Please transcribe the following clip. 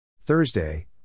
Thursday